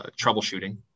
troubleshooting